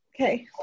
Okay